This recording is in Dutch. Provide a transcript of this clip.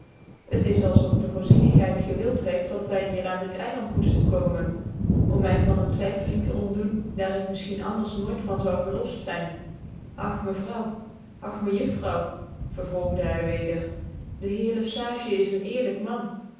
t is als ot de voorzienigheid gewild heeft dat wy hier aan dit eiland moeftcn komen om my van een twyffeling tc ontdoen daar ik miflehien anders nooit van zoude verloft zijn ach mevrouw ach mejuffrouw vervolgde hy weder de heer le sage is een eerlijk man